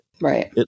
right